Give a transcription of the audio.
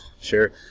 Sure